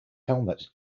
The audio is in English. helmet